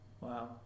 Wow